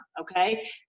okay